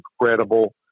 incredible